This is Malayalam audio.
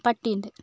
പട്ടി ഉണ്ട്